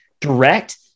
direct